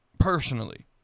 Personally